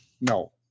No